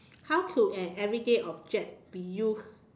how could an everyday object be used